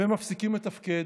והם מפסיקים לתפקד,